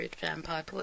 Vampire